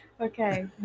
okay